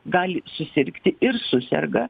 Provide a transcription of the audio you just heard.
gali susirgti ir suserga